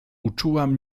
uczułam